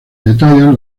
detallan